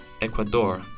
Ecuador